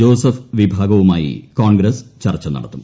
Joseph വിഭാഗവുമായി കോൺഗ്രസ് ചർച്ച നടത്തും